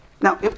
Now